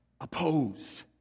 opposed